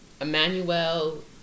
Emmanuel